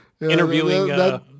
interviewing